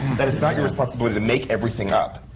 that it's not your responsibility to make everything up.